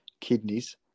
kidneys